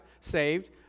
saved